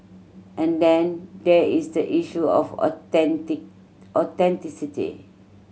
and then there is the issue of authenticity